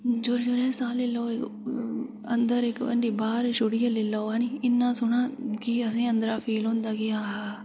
जोरें जोरें साह् लेई लाओ अंदर इक हांडी बाहर छोड़ियै लेई लैओ ऐनी इ'न्ना सोहना असें ई अंदरा फील होंदा की आहा आहा